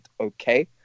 okay